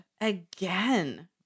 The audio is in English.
Again